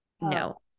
no